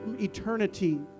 eternity